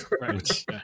right